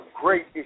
great